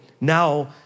Now